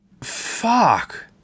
Fuck